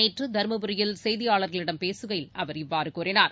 நேற்றுதருமபுரியில் செய்தியாளர்களிடம் பேசுகையில் அவர் இவ்வாறுகூறினார்